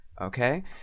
Okay